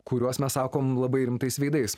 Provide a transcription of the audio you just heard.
kuriuos mes sakome labai rimtais veidais